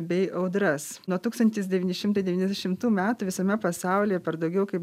bei audras nuo tūkstantis devyni šimtai devyniasdešimtų metų visame pasaulyje per daugiau kaip